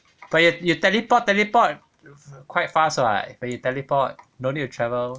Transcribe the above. but you you teleport teleport quite fast [what] when you teleport no need to travel